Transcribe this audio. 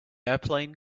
airplane